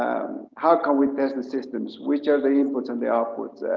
how can we test the systems? which are the inputs and the outputs?